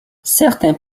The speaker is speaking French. certains